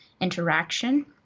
interaction